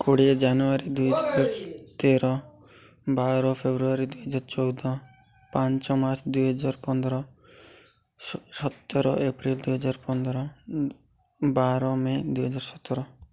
କୋଡ଼ିଏ ଜାନୁଆରୀ ଦୁଇ ତେର ବାର ଫେବୃଆରୀ ଦୁଇହଜାର ଚଉଦ ପାଞ୍ଚ ମାର୍ଚ୍ଚ ଦୁଇହଜାର ପନ୍ଦର ସତର ଏପ୍ରିଲ ଦୁଇହଜାର ପନ୍ଦର ବାର ମେ ଦୁଇହଜାର ସତର